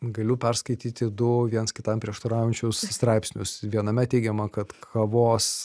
galiu perskaityti du viens kitam prieštaraujančius straipsnius viename teigiama kad kavos